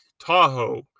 Tahoe